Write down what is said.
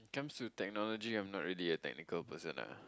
comes to technology I'm not really a technical person ah